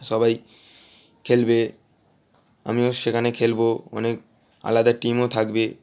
সবাই খেলবে আমিও সেখানে খেলব অনেক আলাদা টিমও থাকবে